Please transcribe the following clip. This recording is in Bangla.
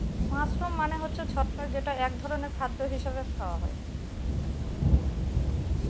মাশরুম মানে হচ্ছে ছত্রাক যেটা এক ধরনের খাদ্য হিসাবে খাওয়া হয়